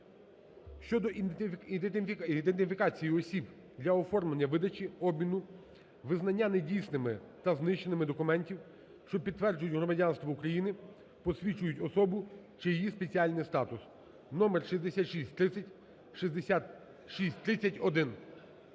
щодо ідентифікації осіб для оформлення, видачі, обміну, визнання недійсними та знищення документів, що підтверджують громадянство України, посвідчують особу чи її спеціальний статус (номер 6630, 6630-1).